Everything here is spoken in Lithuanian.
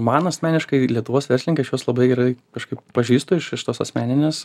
man asmeniškai lietuvos verslininkai aš juos labai gerai kažkaip pažįstu iš iš tos asmeninės